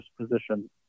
position